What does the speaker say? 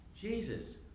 Jesus